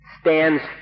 stands